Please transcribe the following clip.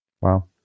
Wow